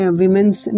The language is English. women's